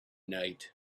night